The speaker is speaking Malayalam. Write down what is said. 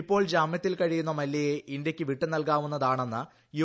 ഇപ്പോൾ ജാമ്യത്തിൽ കഴിയുന്ന മല്യയെ ഇന്തൃയ്ക്കു വിട്ടുനൽകാവുന്നതാണെന്ന് യു